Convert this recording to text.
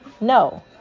No